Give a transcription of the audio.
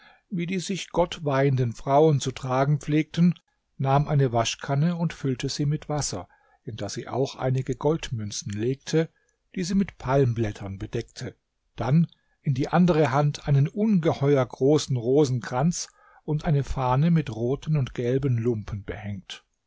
wie die sich gott weihenden frauen zu tragen pflegten nahm eine waschkanne und füllte sie mit wasser in das sie auch einige goldmünzen legte die sie mit palmblättern bedeckte dann in die andere hand einen ungeheuer großen rosenkranz und eine fahne mit roten und gelben lumpen behängt